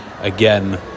again